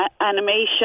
animation